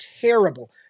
terrible